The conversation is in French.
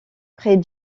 près